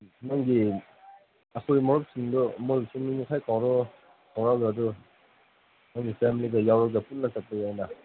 ꯅꯪꯒꯤ ꯑꯩꯈꯣꯏ ꯃꯔꯨꯞꯁꯤꯡꯗꯣ ꯃꯣꯏꯕꯨꯁꯨ ꯃꯤ ꯈꯔ ꯀꯧꯔꯣ ꯀꯧꯔꯒ ꯑꯗꯨ ꯃꯣꯏꯒꯤ ꯐꯦꯃꯤꯂꯤꯒ ꯌꯥꯎꯔꯒ ꯄꯨꯟꯅ ꯆꯠꯄ ꯌꯥꯏꯅ